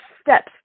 steps